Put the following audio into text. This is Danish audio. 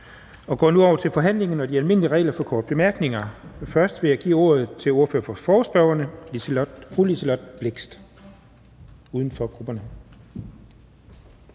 Vi går nu over til forhandlingen og de almindelige regler for korte bemærkninger. Først vil jeg give ordet til ordføreren for forespørgerne, fru Liselott Blixt, uden for grupperne.